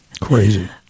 Crazy